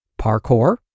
Parkour